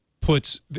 puts